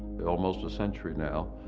been almost a century now.